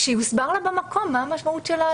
שיוסבר לה במקום מה המשמעות של ההליך הזה.